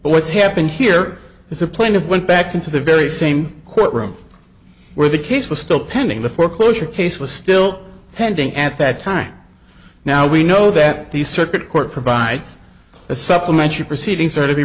what's happened here is a point of went back into the very same courtroom where the case was still pending the foreclosure case was still pending at that time now we know that the circuit court provides a supplementary proceedings or to be